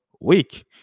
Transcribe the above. week